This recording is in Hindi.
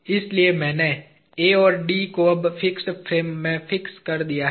इसलिए मैंने A और D को अब फिक्स फ्रेम में फिक्स कर दिया है